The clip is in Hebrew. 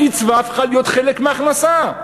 הקצבה הפכה לחלק מההכנסה.